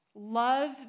love